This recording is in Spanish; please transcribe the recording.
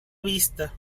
vista